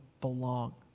belong